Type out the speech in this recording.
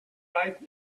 right